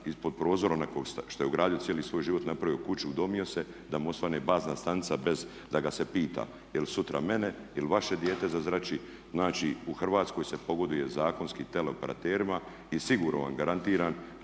se ne razumije./… što je ugradio cijeli svoj život, napravio kuću, udomio se da mu osvane bazna stanica bez da ga se pita. Jer sutra mene ili vaše dijete zazrači. Znači u Hrvatskoj se pogoduje zakonski tele operaterima i sigurno vam garantiram